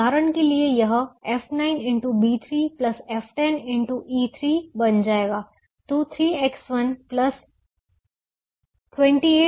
उदाहरण के लिए यह F9xB3F10xE3 बन जाएगा तो 3X128u ≥ 35